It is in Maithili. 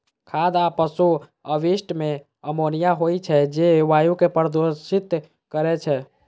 खाद आ पशु अवशिष्ट मे अमोनिया होइ छै, जे वायु कें प्रदूषित करै छै